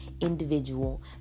individual